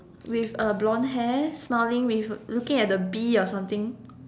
with a blond hair smiling with looking at the bee or something